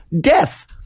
death